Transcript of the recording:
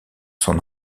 son